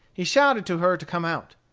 he shouted to her to come out.